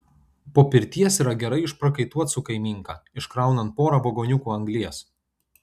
po pirties yra gerai išprakaituot su kaimynka iškraunant porą vagoniukų anglies